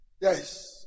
Yes